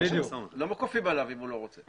לא כופים עליו אם הוא לא רוצה.